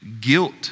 guilt